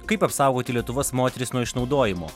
kaip apsaugoti lietuvos moteris nuo išnaudojimo